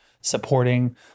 supporting